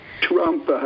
Trump